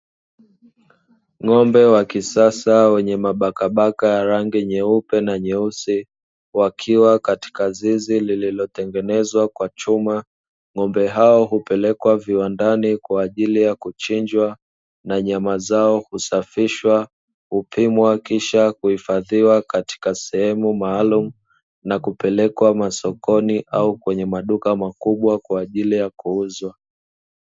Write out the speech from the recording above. Ng'ombe wa kisasa wenye mabaka baka ya rangi nyeupe na nyeusi wakiwa katika zizi lilotengenezwa kwa chuma. Ng'ombe hao hupelekwa viwandani kwa ajili ya kuchinjwa na nyama zao husafishwa, kupimwa kisha kuhifadhiwa katika sehemu maalumu na kupelekwa masokoni au katika maduka makubwa kwa ajili ya kuuza.